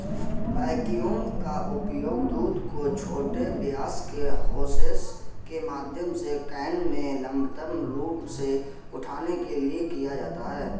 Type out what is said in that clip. vacuum का उपयोग दूध को छोटे व्यास के होसेस के माध्यम से कैन में लंबवत रूप से उठाने के लिए किया जाता है